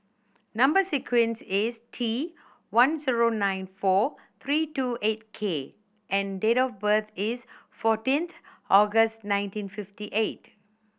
number sequence is T one zero nine four three two eight K and date of birth is fourteenth August nineteen fifty eight